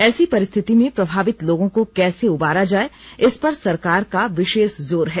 ऐसी परिस्थिति में प्रभावित लोगों को कैसे उबारा जाए इसपर सरकार का विशेष जोर है